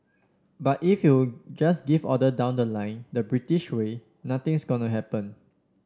but if you just give order down the line the British way nothing's gonna happen